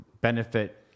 benefit